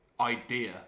idea